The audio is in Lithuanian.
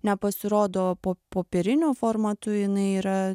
nepasirodo po popieriniu formatu jinai yra